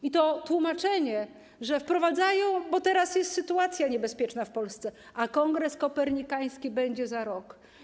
I to tłumaczenie, że wprowadzają, bo teraz jest sytuacja niebezpieczna w Polsce, a kongres kopernikański będzie za rok.